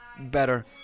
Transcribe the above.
better